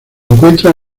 encuentra